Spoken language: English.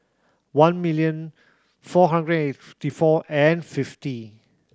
one million four hundred eighty four and fifty